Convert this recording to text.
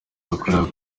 yakoreraga